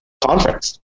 conference